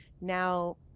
now